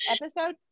episode